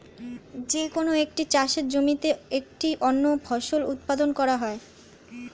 যে কোন একটি চাষের জমিতে একটি অনন্য ফসল উৎপাদন করা হয়